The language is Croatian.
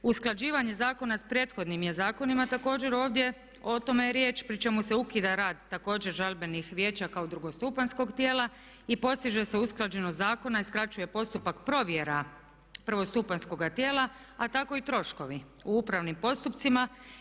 Usklađivanje zakona sa prethodnim je zakonima također ovdje, o tome je riječ, pri čemu se ukida rad također žalbenih vijeća kao drugostupanjskog tijela i postiže se usklađenost zakona i skraćuje postupak provjera prvostupanjskoga tijela a tako i troškovi u upravnim postupcima.